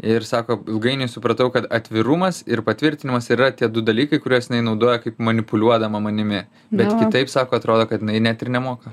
ir sako ilgainiui supratau kad atvirumas ir patvirtinimas ir yra tie du dalykai kuriuos naudoja kaip manipuliuodama manimi bet kitaip sako atrodo kad jinai net ir nemoka